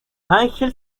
ángel